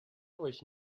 euch